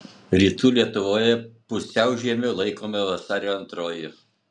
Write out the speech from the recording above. rytų lietuvoje pusiaužiemiu laikoma vasario antroji